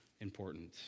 important